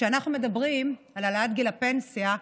כשאנחנו מדברים על העלאת גיל הפנסיה,